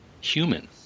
human